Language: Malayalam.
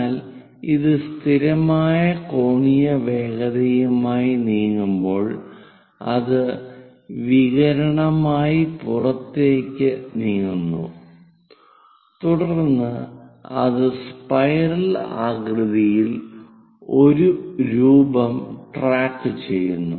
എന്നാൽ ഇത് സ്ഥിരമായ കോണീയ വേഗതയുമായി നീങ്ങുമ്പോൾ അത് വികിരണമായി പുറത്തേക്ക് നീങ്ങുന്നു തുടർന്ന് അത് സ്പൈറൽ ആഗൃതിയിൽ ഒരു രൂപം ട്രാക്കുചെയ്യുന്നു